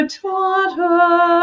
daughter